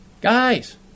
Guys